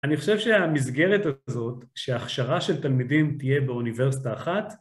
אני חושב שהמסגרת הזאת, שההכשרה של תלמידים תהיה באוניברסיטה אחת